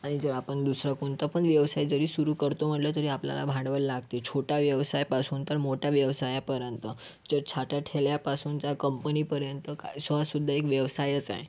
आणि जर आपण दुसरा कोणता पण व्यवसाय जरी सुरु करतो म्हटलं तरी आपल्याला भांडवल लागते छोट्या व्यवसायापासून तर मोठ्या व्यवसायापर्यंत जो छोट्या ठेल्यापासूनचा कंपनीपर्यंत काय असा सुद्धा एक व्यवसायच आहे